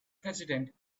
president